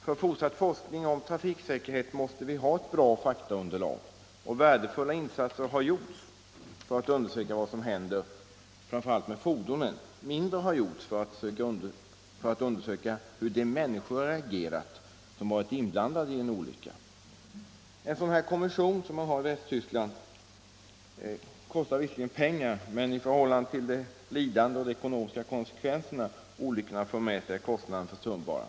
För fortsatt forskning om trafiksäkerheten måste vi ha ett bra faktaunderlag, och värdefulla insatser har gjorts för att undersöka vad som händer framför allt med fordonen. Men mindre har gjorts för att undersöka hur de människor reagerat som har varit inblandade i en olycka. En sådan kommission som man har i Västtyskland kostar visserligen pengar, men i förhållande till det lidande och de ekonomiska konsekvenser som olyckorna för med sig är kostnaderna försumbara.